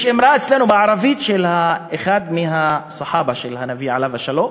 יש אמרה אצלנו בערבית של אחד מה"סחאבה" של הנביא עליו השלום